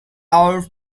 our